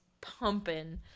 pumping